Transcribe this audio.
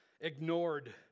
ignored